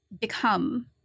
become